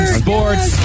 sports